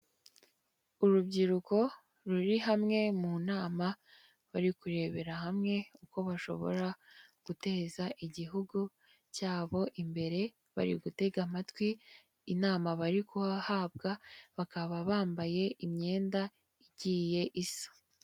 Urubyiruko ruri hamwe mu nama, bari kurebera hamwe uko bashobora guteza igihugu cyabo imbere, bari gutega amatwi inama bari guhabwa, bakaba bambaye imyenda igiye isa.